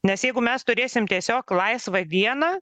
nes jeigu mes turėsim tiesiog laisvą dieną